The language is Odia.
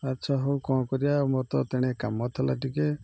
ଆଚ୍ଛା ହଉ କ'ଣ କରିବା ଆଉ ମୋର ତ ତଣେ କାମ ଥିଲା ଟିକେ